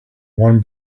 one